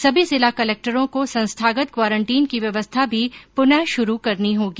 सभी जिला कलेक्टरों को संस्थागत क्वारंटीन की व्यवस्था भी पुनः शुरू करनी होगी